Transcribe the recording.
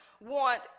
want